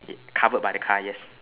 yeah covered by the car yes